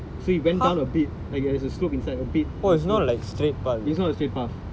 so it went down a bit like it's a slope inside a bit a slope